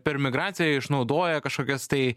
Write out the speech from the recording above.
per migraciją išnaudoja kažkokias tai